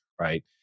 right